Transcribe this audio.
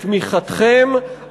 בתמיכתכם,